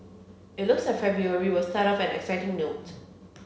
it looks like February were start off on an exciting note